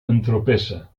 entropessa